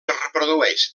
reprodueix